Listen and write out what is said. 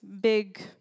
big